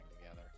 together